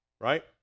right